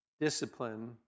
discipline